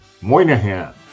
Moynihan